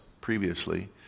previously